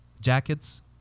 Jackets